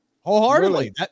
wholeheartedly